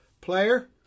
player